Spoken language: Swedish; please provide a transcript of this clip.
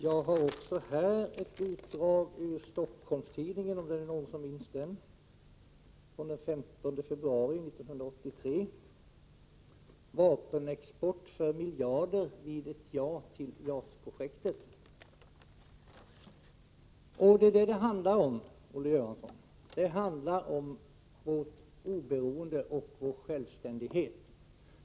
Jag har här också ett utdrag ur Stockholms-Tidningen den 15 februari 1983: ” Vapen-export för miljarder — vid ett ja till JAS-projektet”. Det är detta som det handlar om, Olle Göransson. Det handlar om vårt oberoende och vår självständighet.